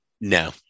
No